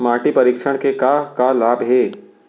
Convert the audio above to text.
माटी परीक्षण के का का लाभ हे?